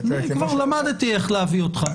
כבר למדתי איך להביא אותך.